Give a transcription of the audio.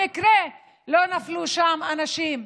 במקרה לא נפלו שם אנשים.